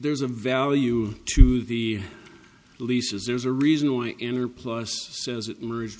there's a value to the leases there's a reason why enter plus says it merged